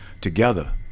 together